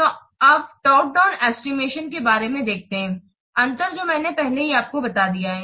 तो अब top down estimation के बारे में देखते हैं अंतर जो मैंने पहले ही आपको बता दिया है